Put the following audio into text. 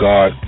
God